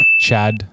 Chad